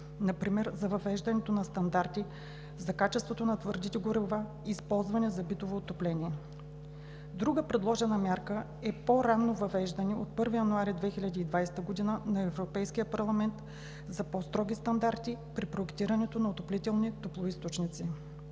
например за въвеждането на стандарти за качеството на твърдите горива, използвани за битово отопление. Друга предложена мярка е по-ранно въвеждане от Европейския парламент – от 1 януари 2020 г., на по-строги стандарти при проектирането на отоплителни топлоизточници.